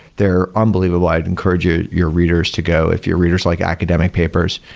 they're unbelievable. i'd encourage your your readers to go, if your readers like academic papers.